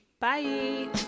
Bye